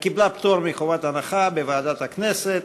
היא קיבלה פטור מחובת הנחה בוועדת הכנסת.